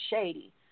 shady